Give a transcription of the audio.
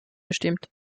bestimmt